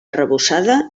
arrebossada